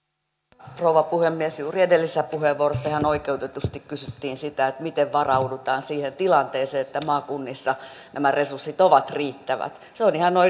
arvoisa rouva puhemies juuri edellisessä puheenvuorossa ihan oikeutetusti kysyttiin miten varaudutaan siihen tilanteeseen että maakunnissa nämä resurssit ovat riittävät se on ihan